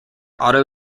otto